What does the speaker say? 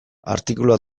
artikulua